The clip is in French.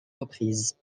reprises